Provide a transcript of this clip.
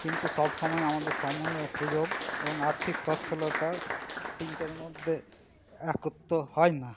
কিন্তু সবসময় আমাদের সময় ও সুযোগ এবং আর্থিক স্বচ্ছলতা তিনটের মধ্যে একত্র হয় না